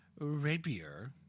Rabier